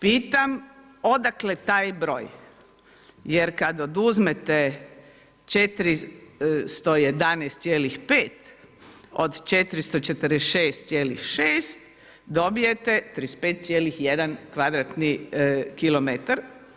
Pitam, odakle taj broj jer kada oduzmete 411,5 od 446,6 dobijete 35,1 kvadratni kilometar.